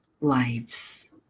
lives